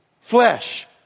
flesh